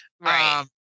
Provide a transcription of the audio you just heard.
Right